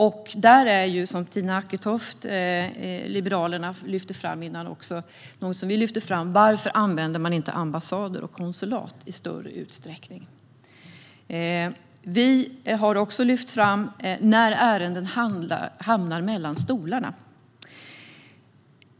Precis som Tina Acketoft från Liberalerna tidigare lyfte fram undrar även vi varför man inte använder ambassader och konsulat i större utsträckning. Vi har också lyft fram ärenden som hamnar mellan stolarna.